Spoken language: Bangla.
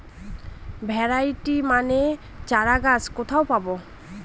ভ্যারাইটি মানের চারাগাছ কোথায় পাবো?